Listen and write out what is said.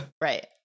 Right